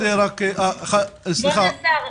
כבוד השר,